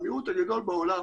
המיעוט הגדול בעולם.